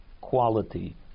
quality